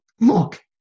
Look